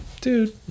dude